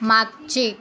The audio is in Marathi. मागचे